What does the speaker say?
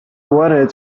wanted